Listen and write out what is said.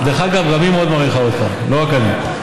דרך אגב, גם היא מאוד מעריכה אותך, לא רק אני.